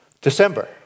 December